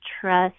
trust